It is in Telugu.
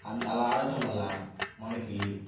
అంత అలా ఆడటం వాళ్ళ మనకి